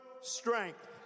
strength